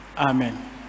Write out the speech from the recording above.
Amen